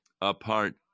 apart